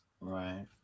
Right